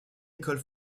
école